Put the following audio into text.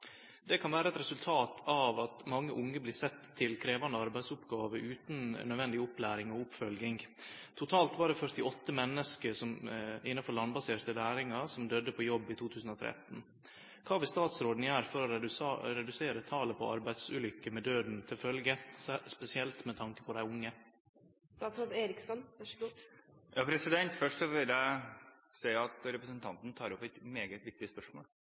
kan vere eit resultat av at mange unge blir sett til krevjande arbeidsoppgåver utan naudsynt opplæring og oppfølging. Totalt var det 48 menneske som døydde på jobb i 2013. Kva vil statsråden gjere for å redusere talet på arbeidsulukker med døden til følgje, spesielt med tanke på dei unge?» Først vil jeg si at representanten tar opp et meget viktig spørsmål.